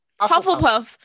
Hufflepuff